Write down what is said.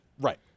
Right